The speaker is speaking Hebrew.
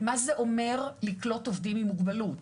מה זה אומר לקלוט עובדים עם מוגבלות.